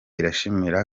irashimira